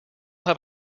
have